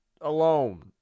alone